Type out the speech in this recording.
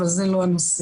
אבל זה לא הנושא.